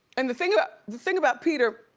and the thing the thing about peter,